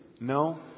No